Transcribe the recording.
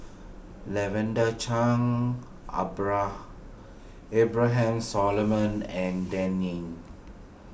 Lavender Chang Abraham Solomon and Dan Ying